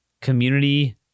community